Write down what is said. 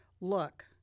Look